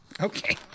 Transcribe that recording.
Okay